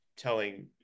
telling